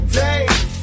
days